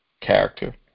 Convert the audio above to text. character